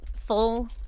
full